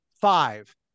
five